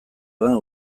lana